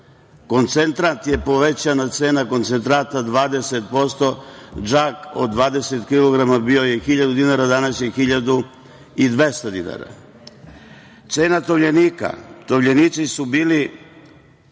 Koncentrat, povećana je cena koncentrata 20%. Džak od 20 kilograma bio je 1.000 dinara, a danas je 1.200 dinara. Cena tovljenika, tovljenici su bili